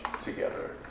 together